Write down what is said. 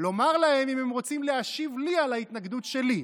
לשאול אותם אם הם רוצים להשיב לי על ההתנגדות שלי.